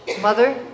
mother